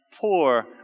poor